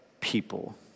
people